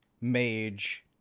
mage